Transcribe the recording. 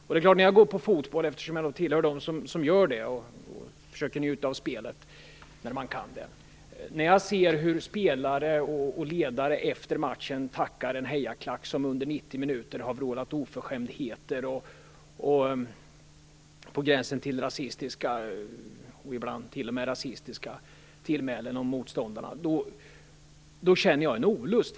Jag tillhör dem som, när jag har möjlighet, går på fotboll och försöker njuta av spelet. Men när jag ser hur spelare och ledare efter matchen tackar en hejarklack som under 90 minuter har vrålat oförskämdheter och på gränsen till rasistiska och ibland t.o.m. rasistiska tillmälen om motståndarna, då känner jag en olust.